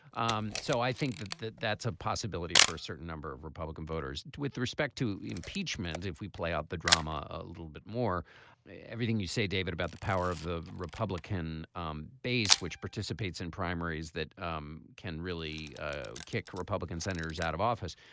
um so i think that that that's a possibility for a certain number of republican voters. with respect to impeachment if we play up the drama a a little bit more everything you say david about the power of the republican um base which participates in primaries that um can really ah kick republican senators out of office.